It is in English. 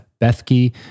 Bethke